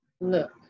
look